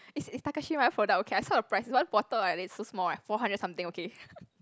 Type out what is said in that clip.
it's it's Takashimaya product okay I saw the price one bottle like that so small right four hundred something okay